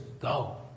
go